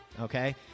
Okay